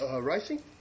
racing